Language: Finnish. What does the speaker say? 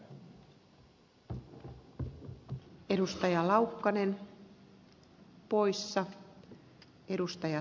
arvoisa puhemies